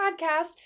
podcast